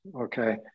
okay